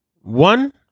One